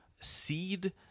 seed